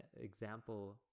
example